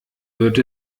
wird